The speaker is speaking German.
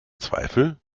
zweifel